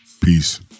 Peace